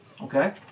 Okay